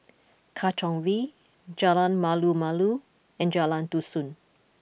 Katong V Jalan Malu Malu and Jalan Dusun